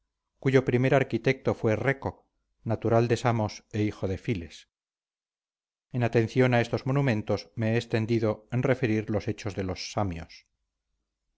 cuyo primer arquitecto fue reco natural de samos e hijo de files en atención a estos monumentos me he extendido en referir los hechos de los samios